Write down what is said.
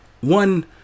One